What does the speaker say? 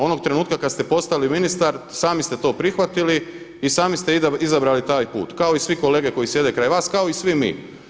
Onog trenutka kada ste postali ministar, sami ste to prihvatili i sami ste izabrali taj put kao i svi kolege koji sjede kraj vas, kao i svi mi.